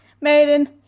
maiden